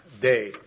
day